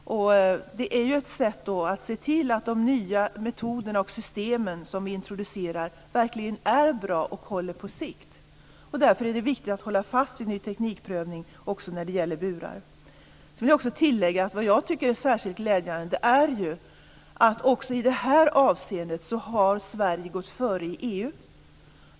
Den är ett sätt att se till att de nya metoder och system som introduceras verkligen är bra och håller på sikt. Det är därför viktigt att hålla fast vid prövning av ny teknik också när det gäller burar. Jag vill tillägga att jag tycker att det är särskilt glädjande att Sverige också i det här avseendet har gått före i EU.